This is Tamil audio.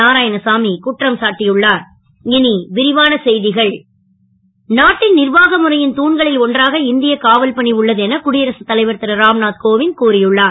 நாராயணசாமி குற்றம் சாட்டியுள்ளார் நாட்டின் நிர்வாக முறையின் தூண்களில் ஒன்றாக இந்திய காவல் பணி உள்ளது என குடியரசு தலைவர் இருராம்நாத் கோவிந்த் கூறியுள்ளார்